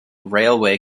railway